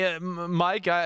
Mike